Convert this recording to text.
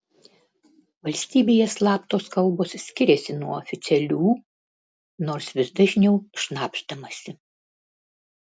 valstybėje slaptos kalbos skiriasi nuo oficialių nors vis dažniau šnabždamasi